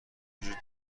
وجود